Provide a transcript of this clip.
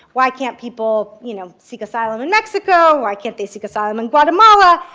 why can't people you know seek asylum in mexico? why can't they seek asylum in guatemala?